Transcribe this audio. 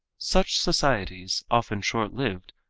such societies, often short lived,